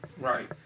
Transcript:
Right